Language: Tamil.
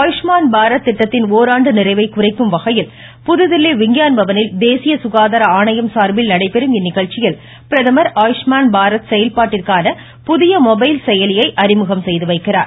ஆயுஷ்மான் பாரத் திட்டத்தின் ஓராண்டு நிறைவை குறிக்கும் வகையில் புதுதில்வி விஞ்ஞான் பவனில் தேசிய சுகாதார ஆணையம் சார்பில் நடைபெறும் இந்நிகழ்ச்சியில் பிரதமர் ஆயுஷ்மான் பாரத் செயல்பாட்டிற்கான புதிய மொபைல் செயலியை அறிமுகம் செய்துவைக்கிறார்